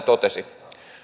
totesi